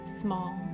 small